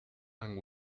and